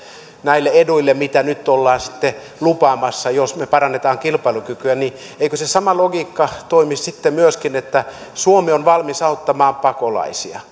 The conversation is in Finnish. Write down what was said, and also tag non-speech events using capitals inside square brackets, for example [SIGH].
näille eduille mitä nyt ollaan sitten lupaamassa jos me parannamme kilpailukykyä niin eikö se sama logiikka toimi sitten myöskin että suomi on valmis auttamaan pakolaisia [UNINTELLIGIBLE]